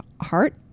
heart